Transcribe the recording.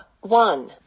one